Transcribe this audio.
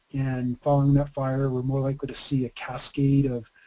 and following that fire we're more likely to see cascade of,